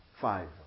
Five